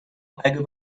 اگه